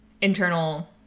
internal